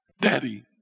Daddy